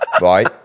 right